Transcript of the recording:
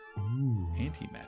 Antimatter